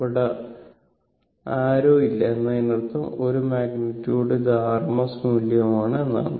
ഇവിടെ ആരോ ഇല്ല എന്നതിനർത്ഥം ഇത് മാഗ്നിറ്റ്യുടും ഇത് rms മൂല്യവുമാണ് എന്നാണ്